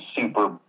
super